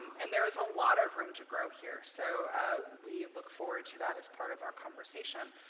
and there is a lot of room to grow here. so we look forward to that as part of our conversation,